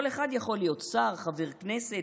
כל אחד יכול להיות שר, חבר כנסת,